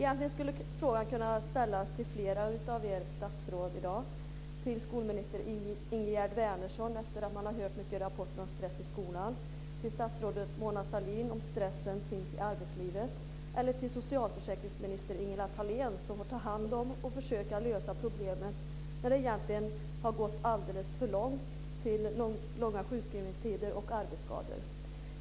Frågan skulle kunna ställas till flera av statsråden: till skolminister Ingegerd Wärnersson efter att man har hört många rapporter om stress i skolan, till statsrådet Mona Sahlin om stress i arbetslivet eller till socialförsäkringsminister Ingela Thalén som får ta hand om och försöka lösa problemen när det redan har gått så långt som till långa sjukskrivningar och arbetsskador.